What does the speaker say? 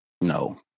No